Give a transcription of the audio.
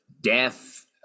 death